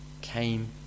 came